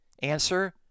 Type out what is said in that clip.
Answer